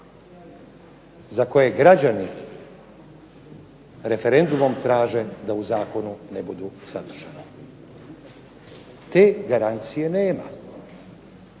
za koje građani referendumom traže da u zakonu ne budu sadržani. Te garancije nema.